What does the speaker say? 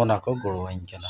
ᱚᱱᱟ ᱠᱚ ᱜᱚᱲᱚᱣᱟᱹᱧ ᱠᱟᱱᱟ